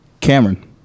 Cameron